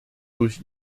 durch